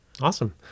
Awesome